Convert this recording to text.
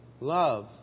love